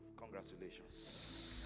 Congratulations